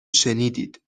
شنیدید